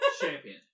Champion